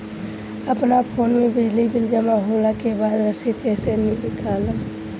अपना फोन मे बिजली बिल जमा होला के बाद रसीद कैसे निकालम?